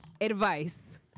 advice